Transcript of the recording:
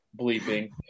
bleeping